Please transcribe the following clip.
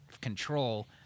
control